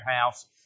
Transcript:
house